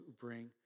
bring